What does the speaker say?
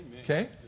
Okay